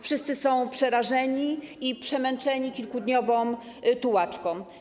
Wszyscy są przerażeni i przemęczeni kilkudniową tułaczką.